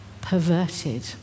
perverted